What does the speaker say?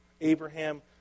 Abraham